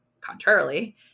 Contrarily